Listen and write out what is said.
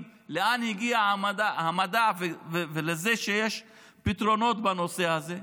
לאן הגיע המדע ולזה שיש פתרונות בנושא הזה.